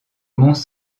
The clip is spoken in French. monts